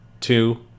two